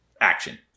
action